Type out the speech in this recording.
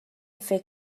فکر